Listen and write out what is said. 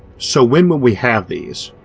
so when will we have these?